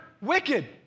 wicked